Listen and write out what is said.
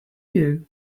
you